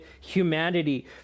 humanity